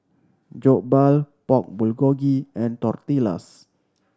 Jokbal Pork Bulgogi and Tortillas